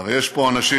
הרי יש פה אנשים,